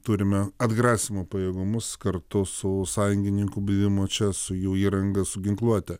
turime atgrasymo pajėgumus kartu su sąjungininkų buvimo čia su jų įranga su ginkluote